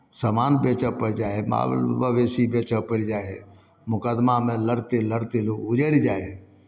सामान बेचय पड़ि जाइ हइ माल मवेशी बेचय पड़ि जाइ हइ मोकदमामे लड़िते लड़िते लोक उजड़ि जाइ हइ